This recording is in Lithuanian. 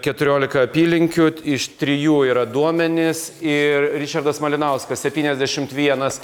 keturiolika apylinkių iš trijų yra duomenys ir ričardas malinauskas septyniasdešimt vienas